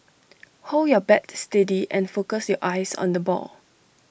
hold your bat steady and focus your eyes on the ball